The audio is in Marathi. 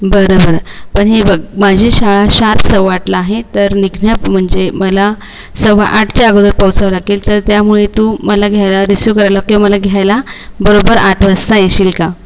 बरं बरं पण हे बघ माझी शाळा शार्प सव्वाआठला आहे तर निघण्या म्हणजे मला सव्वाआठच्या अगोदर पोहचावं लागेल तर त्यामुळे तू मला घ्यायला रिसिव्ह करायला किंवा मला घ्यायला बरोबर आठ वाजता येशील का